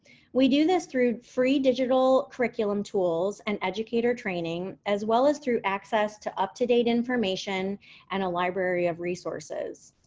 we do this through free digital curriculum tools and educator training, as well as through access to up-to-date information and a library of resources.